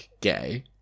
gay